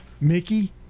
mickey